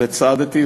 וצעדתי,